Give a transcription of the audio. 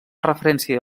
referència